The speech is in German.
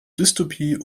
dystopie